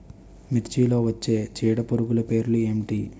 మిర్చిలో వచ్చే చీడపురుగులు పేర్లు ఏమిటి?